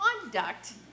conduct